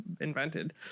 invented